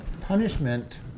punishment